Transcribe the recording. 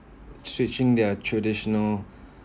switching their traditional